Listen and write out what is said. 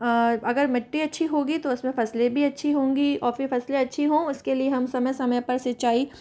अगर मिट्टी अच्छी होगी तो उसमें फसलें भी अच्छी होंगी और फिर फसलें अच्छी हों उसके लिए हम समय समय पर सिंचाई